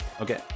Okay